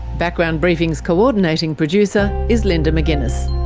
background briefing's co-ordinating producer is linda mcginness,